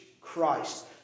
Christ